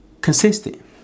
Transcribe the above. consistent